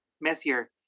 Messier